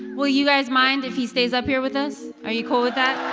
will you guys mind if he stays up here with us? are you cool with that?